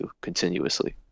continuously